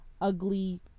ugly